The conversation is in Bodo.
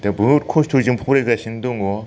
दा बहुत खस्थ'जों फरायगासिनो दङ